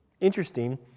Interesting